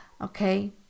Okay